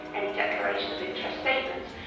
any declaration of interest statements.